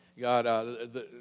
God